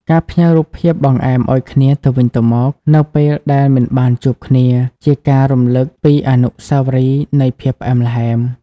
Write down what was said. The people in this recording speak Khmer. ការផ្ញើរូបភាពបង្អែមឱ្យគ្នាទៅវិញទៅមកនៅពេលដែលមិនបានជួបគ្នា ជាការរំលឹកពីអនុស្សាវរីយ៍នៃភាពផ្អែមល្ហែម។